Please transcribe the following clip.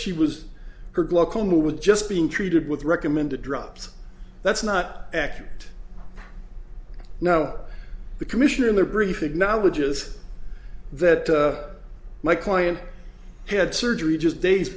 she was her glaucoma with just being treated with recommended drops that's not accurate now the commissioner in the brief acknowledges that my client had surgery just days